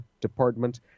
department